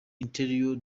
interior